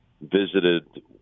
visited